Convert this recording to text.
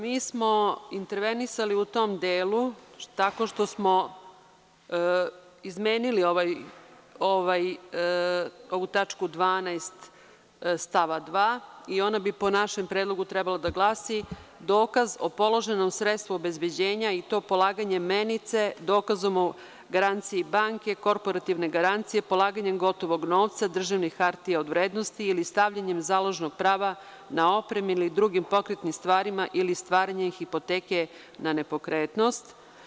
Mi smo intervenisali u tom delu tako što smo izmeni ovu tačku 12. stava 2. i ona bi po našem predlogu trebalo da glasi – dokaz o položenom sredstvu obezbeđenja i to polaganje menice, dokazom o garanciji banke, korporativne garancije, polaganjem gotovog novca, državnih hartija od vrednosti ili stavljanjem založnog prava na opreme ili druge pokrete stvari ili stavljanjem hipoteke na nepokretnost.